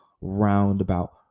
roundabout